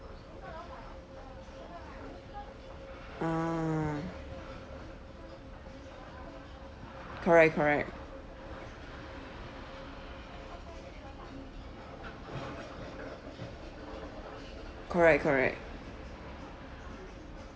ah correct correct correct correct